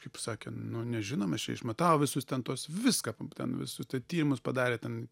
kaip sakė nu nežinom mes čia išmatavo visus ten tuos viską ten visus tai tyrimus padarė ten